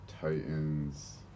Titans